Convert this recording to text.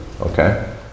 okay